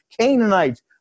Canaanites